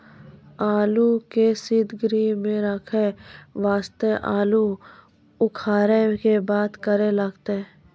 आलू के सीतगृह मे रखे वास्ते आलू उखारे के बाद की करे लगतै?